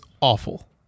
awful